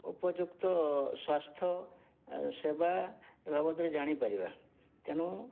ଉପଯୁକ୍ତ ସ୍ୱାସ୍ଥ୍ୟ ସେବା ବାବଦରେ ଜାଣିପାରିବା ତେଣୁ